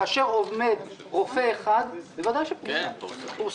כאשר עומד רופא אחד בוודאי שזה פורסם,